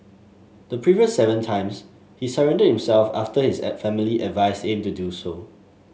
the previous seven times he surrendered himself after his family advised him to do so